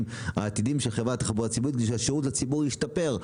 עתידיים לתחבורה הציבורית בשביל שהשירות לציבור ישתפר?